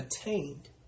attained